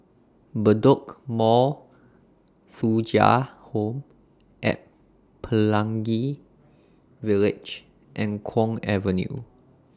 Bedok Mall Thuja Home At Pelangi Village and Kwong Avenue